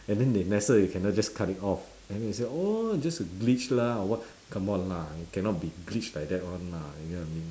and then the NASA they cannot just cut it off and then they say oh it's just a glitch lah or what come on lah it cannot be glitch like that one lah you get what I mean or not